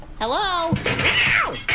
Hello